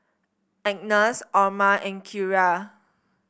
Agness Orma and Kierra